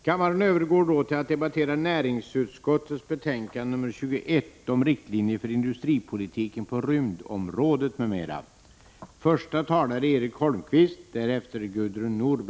Kammaren övergår nu till att debattera näringsutskottets betänkande 21 om riktlinjer för industripolitiken på rymdområdet m.m.